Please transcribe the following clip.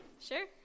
Sure